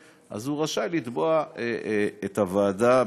אז הוא רשאי לתבוע את הוועדה.